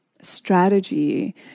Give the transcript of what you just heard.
strategy